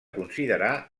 considerar